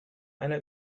einer